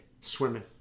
swimming